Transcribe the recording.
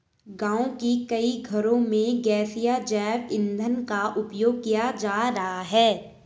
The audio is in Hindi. गाँव के कई घरों में गैसीय जैव ईंधन का उपयोग किया जा रहा है